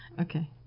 Okay